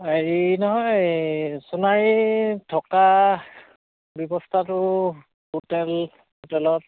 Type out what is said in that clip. হেৰি নহয় সোনাৰি থকা ব্যৱস্থাটো হোটেল হোটেলত